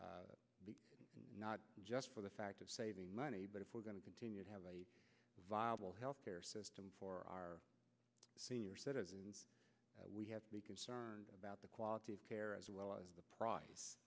s not just for the fact of saving money but if we're going to continue to have a viable health care system for our seniors and we have to be concerned about the quality of care as well as the price